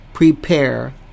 Prepare